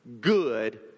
good